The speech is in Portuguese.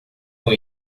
com